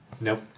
Nope